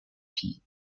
filles